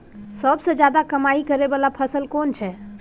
सबसे ज्यादा कमाई करै वाला फसल कोन छै?